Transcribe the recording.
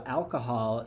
alcohol